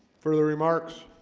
further remarks